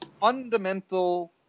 fundamental